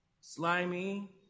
slimy